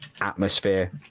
atmosphere